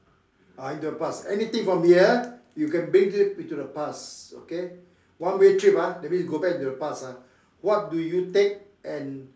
ah in the past anything from here you can bring it into the past okay one way trip ah that means go back to the past ah what do you take and